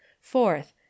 Fourth